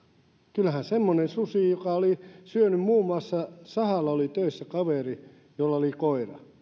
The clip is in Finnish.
kyllähän semmoinen susi joka oli syönyt muun muassa sahalla oli töissä kaveri jolla oli koira